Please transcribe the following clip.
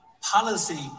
policy